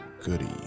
Goody